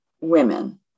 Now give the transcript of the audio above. women